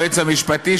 ההצעה הזו טובה לחלשים.